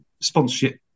sponsorship